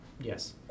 Yes